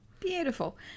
Beautiful